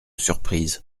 surprise